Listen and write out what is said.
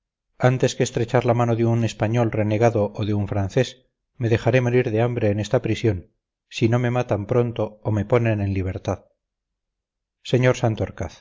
antes que estrechar la mano de un español renegado o de un francés me dejaré morir de hambre en esta prisión si no me matan pronto o me ponen en libertad señor